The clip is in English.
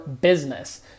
business